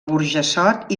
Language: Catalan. burjassot